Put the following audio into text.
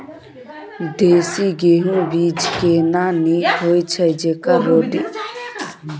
देसी गेहूँ बीज केना नीक होय छै जेकर रोटी खाय मे मुलायम आ मीठ लागय?